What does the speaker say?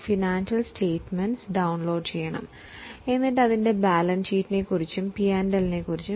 financial സ്റ്റേറ്റുമെന്റിൽ പറഞ്ഞിട്ടുള്ളതിനെ വായിച്ചു മനസ്സിലാക്കുക